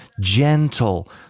gentle